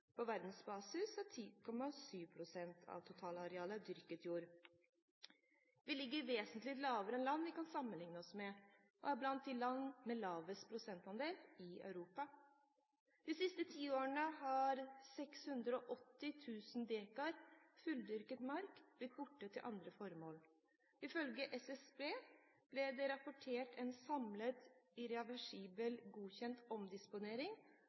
På verdensbasis er 10,7 pst. av totalarealet dyrket jord. Vi ligger vesentlig lavere enn land vi kan sammenlikne oss med, og er blant de landene med lavest prosentandel i Europa. De siste ti årene har 680 000 dekar fulldyrket mark blitt borte til andre formål. Ifølge SSB ble det rapportert en samlet irreversibel godkjent omdisponering